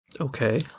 Okay